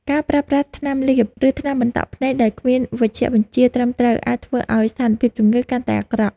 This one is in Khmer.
ការប្រើប្រាស់ថ្នាំលាប ឬថ្នាំបន្តក់ភ្នែកដោយគ្មានវេជ្ជបញ្ជាត្រឹមត្រូវអាចធ្វើឱ្យស្ថានភាពជំងឺកាន់តែអាក្រក់។